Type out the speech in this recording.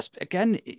again